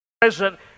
present